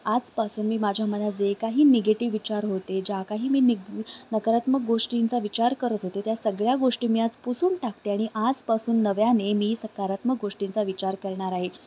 आजपासून मी माझ्या मनात जे काही निगेटिव विचार होते ज्या काही मी निग नकारात्मक गोष्टींचा विचार करत होते त्या सगळ्या गोष्टी मी आज पुसून टाकते आणि आजपासून नव्याने मी सकारात्मक गोष्टींचा विचार करणार आहे